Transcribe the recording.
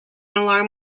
alarm